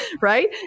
Right